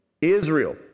Israel